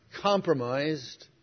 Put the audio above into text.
compromised